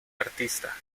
artista